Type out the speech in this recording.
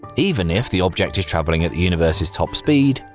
even if the object is travelling at the universe's top speed,